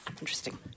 Interesting